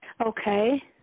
Okay